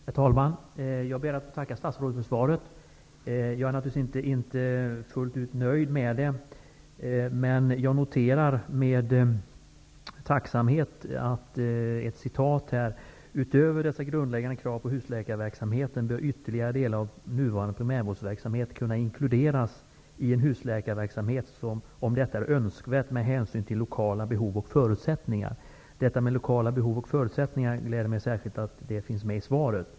Herr talman! Jag ber att få tacka statsrådet för svaret. Jag är naturligtvis inte fullt nöjd med det, men jag noterar med tacksamhet ett avsnitt i svaret, nämligen: ''Utöver dessa grundläggande krav på en husläkarverksamhet bör ytterligare delar av den nuvarande primärvårdsverksamheten kunna inkluderas i en husläkarverksamhet, om detta är önskvärt med hänsyn till lokala behov och förutsättningar.'' Det glädjer mig särskilt att detta med lokala behov och förutsättningar finns med i svaret.